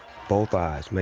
both eyes,